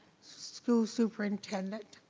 school superintendent.